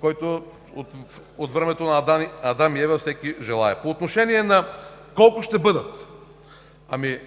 който от времето на Адам и Ева всеки желае. По отношение на: колко ще бъдат? Ами,